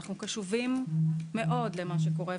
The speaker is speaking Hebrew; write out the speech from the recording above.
אנחנו קשובים מאוד למה שקורה,